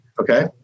okay